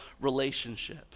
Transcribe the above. relationship